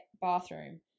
bathroom